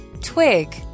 Twig